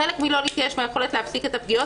חלק מלא להתייאש מהיכולת להפסיק את הפגיעות